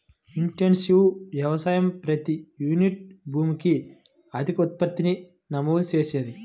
intensive వ్యవసాయం ప్రతి unit భూమికి అధిక ఉత్పత్తిని నమోదు చేసింది